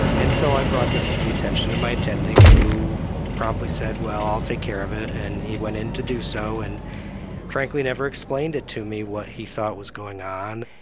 and so i brought this to the attention of my attending, who promptly said, well, i'll take care of it. and he went in to do so, and frankly never explained it to me, what he thought was going on,